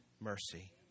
mercy